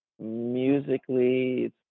musically